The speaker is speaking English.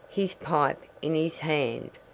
his pipe in his hand.